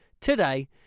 today